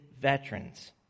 veterans